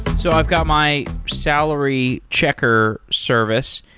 so i've got my salary checker service,